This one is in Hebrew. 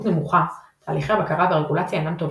נמוכה תהליכי הבקרה והרגולציה אינם טובים,